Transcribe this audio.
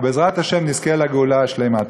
ובעזרת השם נזכה לגאולה השלמה.